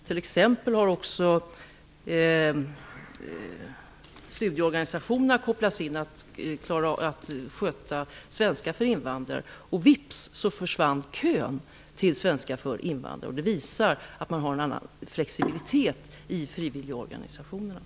T.ex. har också studieorganisationerna kopplats in för att sköta undervisningen i svenska för invandrare. Vips försvann kön till svenska för invandrare! Det visar att man har en annan flexibilitet i frivilligorganisationerna.